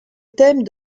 thème